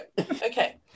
Okay